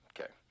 Okay